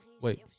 Wait